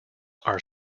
are